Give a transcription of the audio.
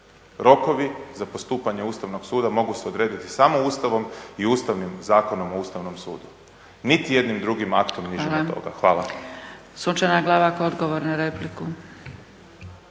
Rokovi za postupanje Ustavnog suda mogu se odrediti samo Ustavom i Ustavnim zakonom o Ustavnom sudu, nitijednim drugim aktom nižim od toga. Hvala. **Zgrebec, Dragica